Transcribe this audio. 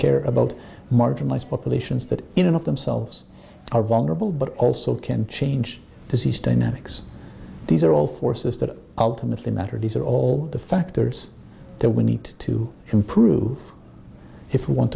care about marginalized populations that in and of themselves are vulnerable but also can change disease dynamics these are all forces that ultimately matter these are all the factors that we need to improve if we want